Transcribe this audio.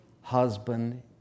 husband